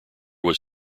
was